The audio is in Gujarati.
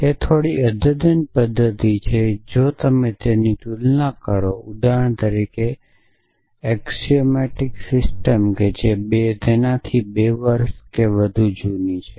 તેથી તે થોડી અદ્યતન પદ્ધતિ છે જો તમે તેની તુલના કરો ઉદાહરણ તરીકે અક્ષીઑમેટીક સિસ્ટમ જે 2 વર્ષથી વધુ જૂની છે